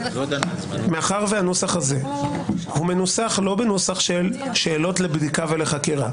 מאחר שהנוסח הזה מנוסח לא בנוסח של שאלות לבדיקה וחקירה,